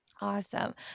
Awesome